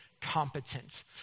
competent